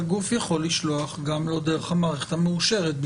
גוף יכול לשלוח גם לא דרך המערכת המאושרת,